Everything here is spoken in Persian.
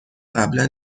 قبلا